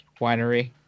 winery